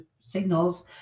signals